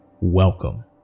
welcome